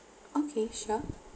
okay sure